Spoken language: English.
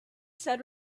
said